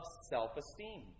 self-esteem